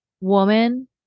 Woman